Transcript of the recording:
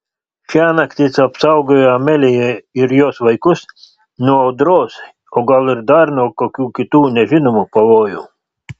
šiąnakt jis apsaugojo ameliją ir jos vaikus nuo audros o gal ir dar nuo kokių kitų nežinomų pavojų